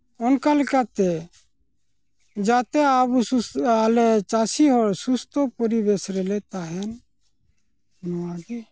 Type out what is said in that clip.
ᱚᱱᱠᱟ ᱞᱮᱠᱟᱛᱮ ᱡᱟᱛᱮ ᱟᱵᱚ ᱟᱞᱮ ᱪᱟᱥᱤᱦᱚᱲ ᱥᱩᱥᱛᱷᱚ ᱯᱚᱨᱤᱵᱮᱥᱨᱮᱞᱮ ᱛᱟᱦᱮᱱ ᱱᱚᱣᱟᱜᱮ